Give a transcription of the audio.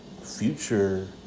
future